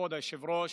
כבוד היושב-ראש,